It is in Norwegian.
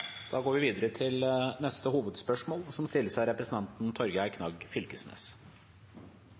Da går vi videre til neste hovedspørsmål.